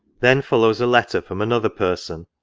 then follows a letter, from another person,